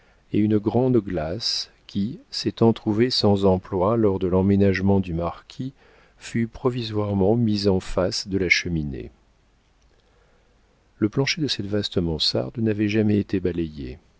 et une grande glace qui s'étant trouvée sans emploi lors de l'emménagement du marquis fut provisoirement mise en face de la cheminée le plancher de cette vaste mansarde n'avait jamais été balayé